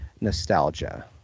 nostalgia